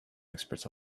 experts